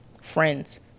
friends